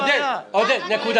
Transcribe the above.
עודד, עודד, נקודה.